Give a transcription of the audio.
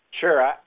Sure